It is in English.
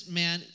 man